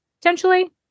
Potentially